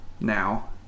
now